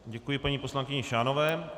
Děkuji paní poslankyni Šánové.